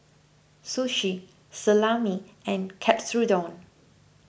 Sushi Salami and Katsudon